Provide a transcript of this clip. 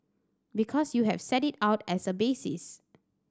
because you have set it out as a basis